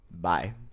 bye